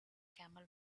camel